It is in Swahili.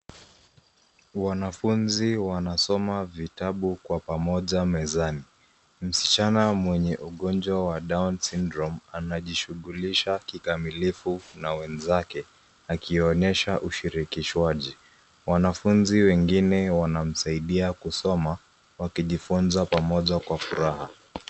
Wanafunzi wanasoma vitabu kwa pamoja mezani. Msichana mwenye ugonjwa wa Down Syndrome anajishughulisha kikamilifu na wenzake akionyesha ushirikishwaji. Wanafunzi wengine wanamsaidia kusoma wakijifunza pamoja kwa furaha.